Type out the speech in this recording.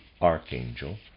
archangel